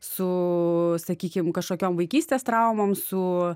su sakykim kažkokiom vaikystės traumoms su